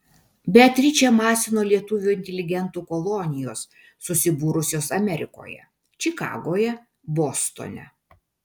beatričę masino lietuvių inteligentų kolonijos susibūrusios amerikoje čikagoje bostone